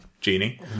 Genie